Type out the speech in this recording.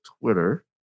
Twitter